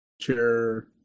Chair